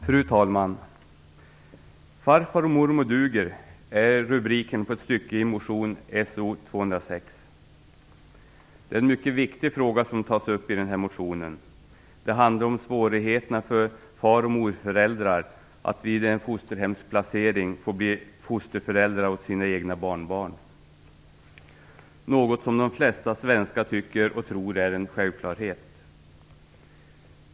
Fru talman! Farfar och mormor duger är rubriken på ett stycke i motion So206. Det är en mycket viktig fråga som tas upp i den motionen. Det handlar om svårigheterna för far och morföräldrar att vid en fosterhemsplacering få bli fosterföräldrar åt sina egna barnbarn, något som de flesta svenskar tycker och tror är en självklarhet.